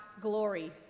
glory